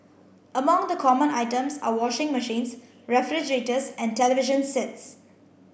among the common items are washing machines refrigerators and television sets